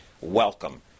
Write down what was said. Welcome